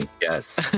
yes